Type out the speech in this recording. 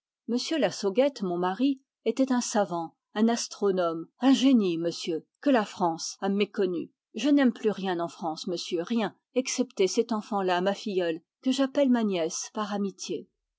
lassauguette mon mari était un savant un astronome un génie monsieur que la france a méconnu je n'aime plus rien en france monsieur rien excepté cette enfant-là ma filleule que j'appelle ma nièce par amitié